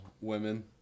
women